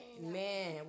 man